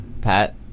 Pat